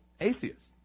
atheist